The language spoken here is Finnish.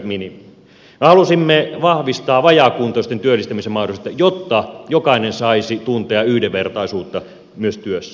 me halusimme vahvistaa vajaakuntoisten työllistämisen mahdollisuutta jotta jokainen saisi tuntea yhdenvertaisuutta myös työssä